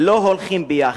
לא הולכות ביחד.